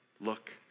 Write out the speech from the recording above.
Look